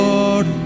Lord